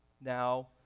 now